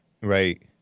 Right